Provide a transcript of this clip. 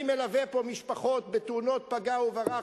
אני מלווה פה משפחות בתאונות פגע וברח,